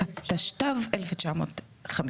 התשט"ו-1955;